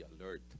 alert